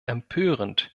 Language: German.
empörend